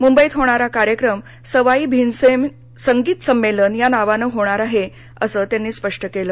मुंबईत होणारा कार्यक्रम सवाई भीमसेन संगीत संमेलन या नावानं होणार आहे असं त्यांनी स्पष्ट केलं